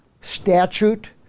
statute